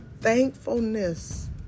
Thankfulness